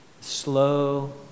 slow